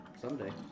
Someday